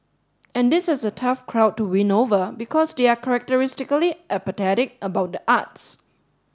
and this is a tough crowd to win over because they are characteristically apathetic about the arts